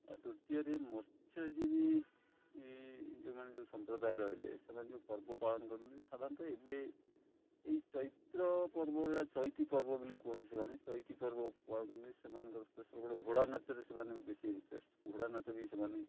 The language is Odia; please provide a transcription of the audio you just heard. ଆଉ ତୃତୀୟରେ ମତ୍ସ୍ୟଜୀବୀ ଯେଉଁମାନେ ଯେଉଁ ସମ୍ପ୍ରଦାୟ ରହିଲେ ସେମାନେ ଯେଉଁ ପର୍ବ ପାଳନ କରନ୍ତି ସାଧାରଣତଃ ଏବେ ଏଇ ଚୈତ୍ର ପର୍ବରେ ଚଇତି ପର୍ବ ବୋଲି କୁହନ୍ତି ସେମାନେ ଚଇତି ପର୍ବ ପାଳନ କରନ୍ତି ସେମାନଙ୍କର ସ୍ପେଶାଲ୍ ଗୋଟେ ଘୋଡ଼ା ନାଚରେ ସେମାନେ ବେଶୀ ଇଣ୍ଟରେଷ୍ଟ ଘୋଡ଼ା ନାଚ ବି ସେମାନେ